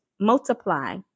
multiply